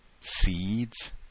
seeds